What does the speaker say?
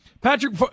Patrick